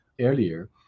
earlier